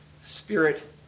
Spirit